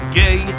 gay